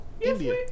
India